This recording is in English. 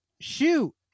shoot